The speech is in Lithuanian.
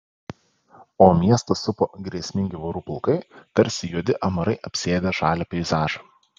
o miestą supo grėsmingi vorų pulkai tarsi juodi amarai apsėdę žalią peizažą